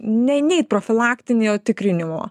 nu neit profilaktinio tikrinimo